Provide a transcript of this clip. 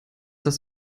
das